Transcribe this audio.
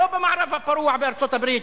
לא במערב הפרוע בארצות-הברית,